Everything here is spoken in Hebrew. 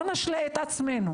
בבקשה, דניאל.